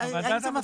איך זה מפריע?